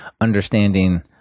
understanding